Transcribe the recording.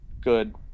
good